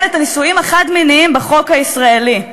את הנישואים החד-מיניים בחוק הישראלי.